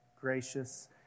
gracious